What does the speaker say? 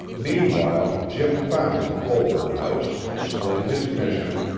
meanwhile jim found the colbert house, explained his mission,